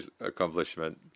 accomplishment